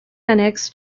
annex